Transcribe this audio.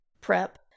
prep